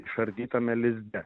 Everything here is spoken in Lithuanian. išardytame lizde